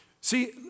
See